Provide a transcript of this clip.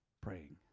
praying